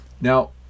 Now